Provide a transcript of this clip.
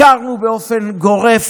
הכרנו באופן גורף,